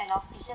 an auspicious